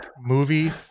movie